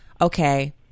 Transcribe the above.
okay